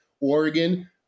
Oregon